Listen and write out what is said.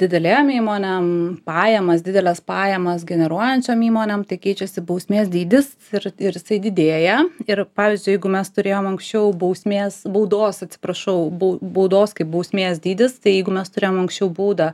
didelėm įmonėm pajamas dideles pajamas generuojančiom įmonėm tik keičiasi bausmės dydis ir jisai didėja ir pavyzdžiui jeigu mes turėjom anksčiau bausmės baudos atsiprašau bau baudos kaip bausmės dydis tai jeigu mes turėjom anksčiau baudą